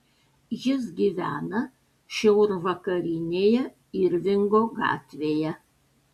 jis gyvena šiaurvakarinėje irvingo gatvėje